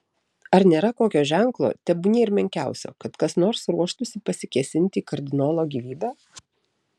ar nėra kokio ženklo tebūnie ir menkiausio kad kas nors ruoštųsi pasikėsinti į kardinolo gyvybę